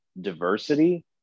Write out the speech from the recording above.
diversity